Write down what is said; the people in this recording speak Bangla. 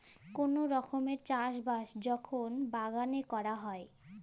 কল ধরলের চাষ বাস যখল বাগালে ক্যরা হ্যয়